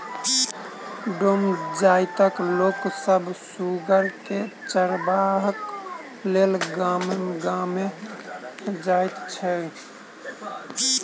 डोम जाइतक लोक सभ सुगर के चरयबाक लेल गामे गाम जाइत छै